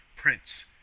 Prince